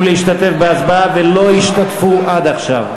להשתתף בהצבעה ולא השתתפו עד עכשיו?